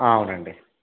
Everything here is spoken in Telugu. అవునండి